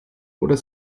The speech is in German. oder